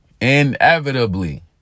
inevitably